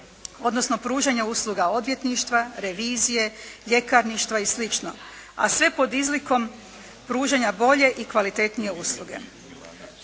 odnosno pružanja usluga odvjetništva, revizije, ljekarništva i slično, a sve pod izlikom pružanja bolje i kvalitetnije usluge.